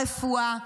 הרפואה.